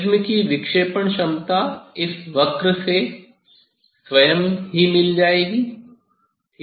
prism की विक्षेपण क्षमता इस वक्र से स्वयं मिल जाएगीठीक है